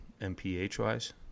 MPH-wise